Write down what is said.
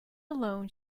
alone